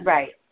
Right